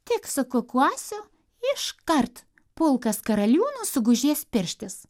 tik sukukuosiu iškart pulkas karaliūnų sugužės pirštis